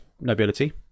Nobility